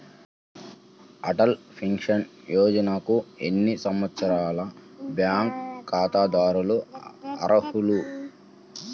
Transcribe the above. Atal pension యోజనకు ఎన్ని సంవత్సరాల బ్యాంక్ ఖాతాదారులు అర్హులు?